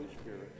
Spirit